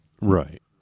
Right